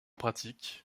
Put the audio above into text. pratique